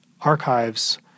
archives